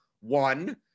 one